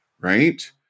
right